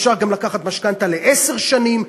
אפשר גם לקחת משכנתה לעשר שנים.